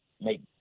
make